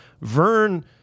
Vern